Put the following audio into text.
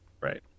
right